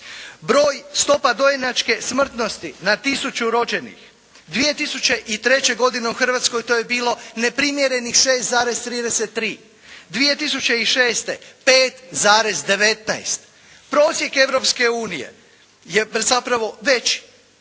Broj stopa dojenačke smrtnosti na tisuću rođenih 2003. godine u Hrvatskoj to je bilo neprimjerenih 6,33. 2006. 5,19. Prosjek Europske unije je zapravo veći.